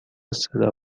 صدا